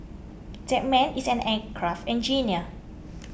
that man is an aircraft engineer